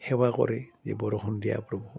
সেৱা কৰে যে বৰষুণ দিয়া প্ৰভু